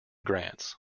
grants